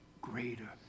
greater